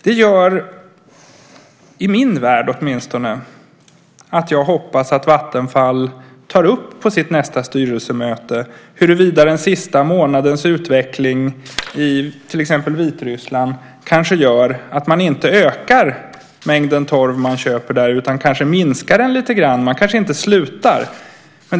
Det gör, i min värld åtminstone, att jag hoppas att Vattenfall på sitt nästa styrelsemöte tar upp huruvida den senaste månadens utveckling i till exempel Vitryssland gör att man inte ökar den mängd torv man köper där utan kanske minskar den lite grann - man kanske inte slutar.